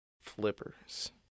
flippers